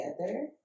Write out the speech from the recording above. together